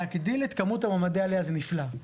להגדיל את כמות מועמדי העלייה זה נפלא,